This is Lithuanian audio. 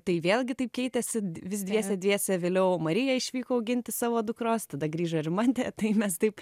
tai vėlgi taip keitėsi vis dviese dviese vėliau marija išvyko auginti savo dukros tada grįžo rimantė tai mes taip